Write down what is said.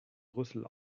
rüssel